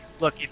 Look